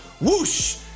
whoosh